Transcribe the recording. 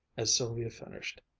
as sylvia finished.